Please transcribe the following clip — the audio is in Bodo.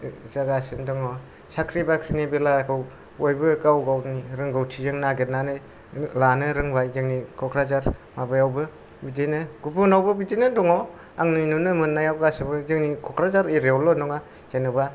जागासिनो दङ साख्रि बाख्रिनि बेलाखौ बयबो गाव गावनि रोंगथिजों लानो रोंबाय जोंनि कक्राझार माबायावबो गुबुनावबो बिदिनो दङ आंनि नुनो मोननायाव कक्राझार एरियायावल' नङा